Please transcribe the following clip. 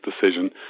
decision